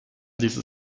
diese